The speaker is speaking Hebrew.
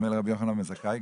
נדמה לי שרבי יוחנן בן זכאי,